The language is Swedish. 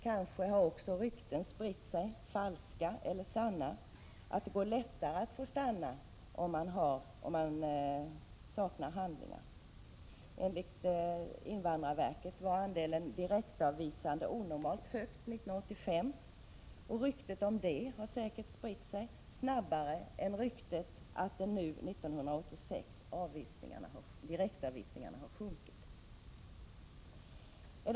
Kanske har också rykten spritt sig — falska eller sanna — om att det går lättare att stanna om man saknar handlingar. Enligt invandrarverket var andelen direktavvisade onormalt hög 1985, och ryktet om det har säkert spritt sig snabbare än ryktet om att nu, 1986, antalet direktavvisningar har sjunkit.